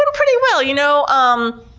ah pretty well. you know um